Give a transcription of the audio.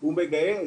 הוא מגייס